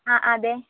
ആ അതെ